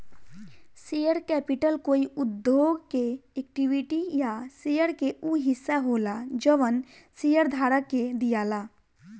share capital कोई उद्योग के इक्विटी या शेयर के उ हिस्सा होला जवन शेयरधारक के दियाला